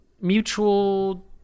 mutual